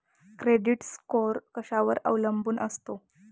Credit score कशावर अवलंबून असतो?